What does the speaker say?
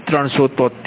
0035MW Pg3218